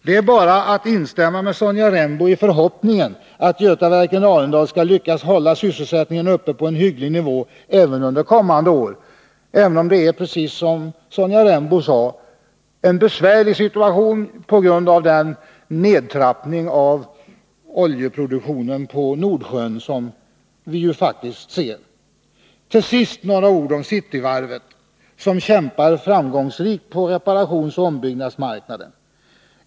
Det är bara att instämma med Sonja Rembo i förhoppningen att Götaverken Arendal skall lyckas hålla sysselsättningen uppe på en hygglig nivå även under kommande år — även om det, precis som Sonja Rembo sade, är en besvärlig situation på grund av den nedtrappning av oljeproduktionen på Nordsjön som vi faktiskt ser. Till sist några ord om Cityvarvet, som kämpar framgångsrikt på reparationsoch ombyggnadsmarknaden.